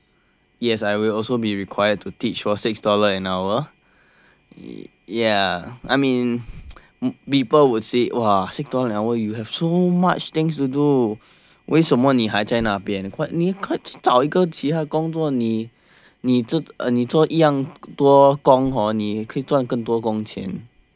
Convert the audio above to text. yes I will also be required to teach for six dollar an hour ya I mean people would say !wah! six dollar an hour you have so much things to do 为什么你还在那边你可以去找一个其他工作你做一样多工你可以赚更多工钱